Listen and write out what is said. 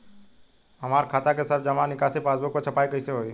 हमार खाता के सब जमा निकासी पासबुक पर छपाई कैसे होई?